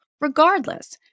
Regardless